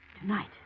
Tonight